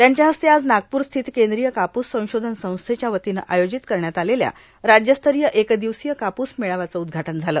त्यांच्या हस्ते आज नागपूरस्थित केंद्रीय कापूस संशोधन संस्थेच्या वतीनं आयोजित करण्यात आलेल्या राज्यस्तरीय एक दिवसीय कापूस मेळाव्याचं उद्घाटन झालं